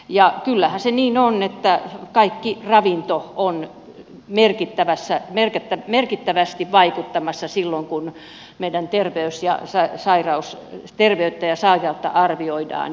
ja kyllähän se niin on että kaikki ravinto on merkittävästi vaikuttamassa silloin kun terveyttä ja sairautta arvioidaan